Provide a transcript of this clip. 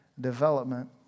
development